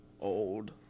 old